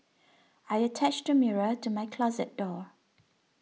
I attached a mirror to my closet door